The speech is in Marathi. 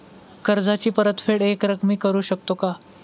कर्जाची परतफेड एकरकमी करू शकतो का?